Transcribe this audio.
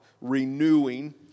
renewing